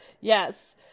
yes